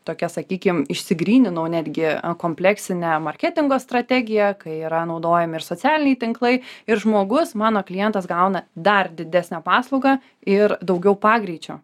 tokia sakykim išsigryninau netgi kompleksinę marketingo strategiją kai yra naudojami ir socialiniai tinklai ir žmogus mano klientas gauna dar didesnę paslaugą ir daugiau pagreičio